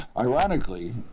Ironically